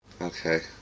Okay